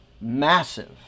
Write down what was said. massive